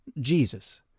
Jesus